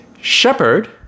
Shepherd